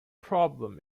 problem